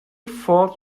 ford